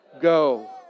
Go